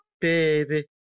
baby